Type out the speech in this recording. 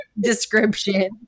description